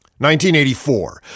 1984